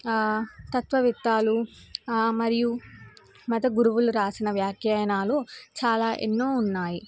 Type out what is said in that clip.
తత్వవేత్తలు మరియు మత గురువులు రాసిన వ్యాఖ్యానాలు చాలా ఎన్నో ఉన్నాయి